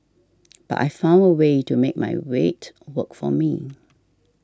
but I found a way to make my weight work for me